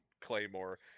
claymore